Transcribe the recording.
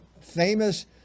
famous